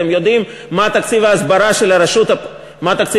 אתם יודעים מה תקציב ההסברה של הרשות הפלסטינית?